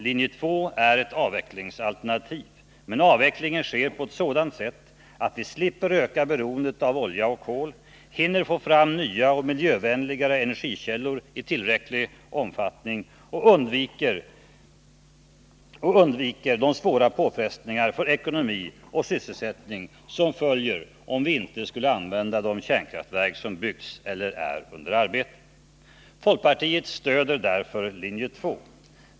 Linje 2 är ett avvecklingsalternativ, men avvecklingen sker på ett sådant sätt ett vi slipper öka beroendet av olja och kol, hinner få fram nya och miljövänligare energikällor i tillräcklig omfattning och undviker de svåra påfrestningar för ekonomi och sysselsättning som följer om vi inte skulle använda de kärnkraftverk som byggts eller är under arbete. Folkpartiet stöder därför linje 2.